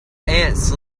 ants